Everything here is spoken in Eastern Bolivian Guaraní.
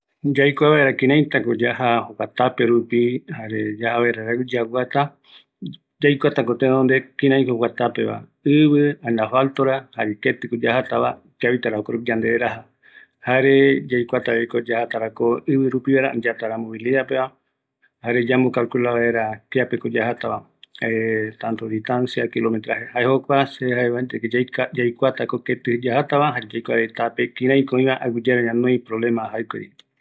Yaikatu vaera jaeko yaikuata ketɨ ajatava, jare kïraiko ajata avae va, oimetara aqnoi auto ikavigue aesaramboeve kïraïko tapeva,